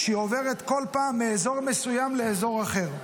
כשהיא עוברת בכל פעם מאזור מסוים לאזור אחר.